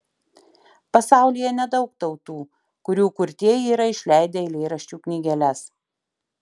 pasaulyje nedaug tautų kurių kurtieji yra išleidę eilėraščių knygeles